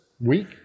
week